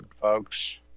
folks